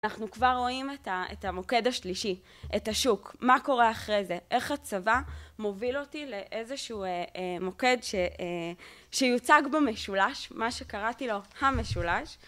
אנחנו כבר רואים את המוקד השלישי, את השוק, מה קורה אחרי זה, איך הצבא מוביל אותי לאיזשהו מוקד שיוצג במשולש, מה שקראתי לו המשולש